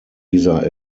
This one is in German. dieser